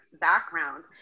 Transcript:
background